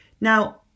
Now